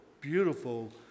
beautiful